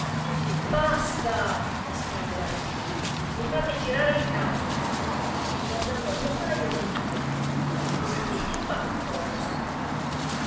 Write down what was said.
basta sclamò la regina mi fate girare il capo e guardando al rosajo continuò che cosa avete fatto al rosajo